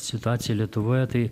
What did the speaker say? situaciją lietuvoje tai